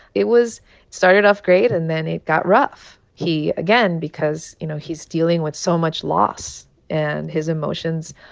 it was started off great, and then it got rough. he again, because, you know, he's dealing with so much loss and his emotions,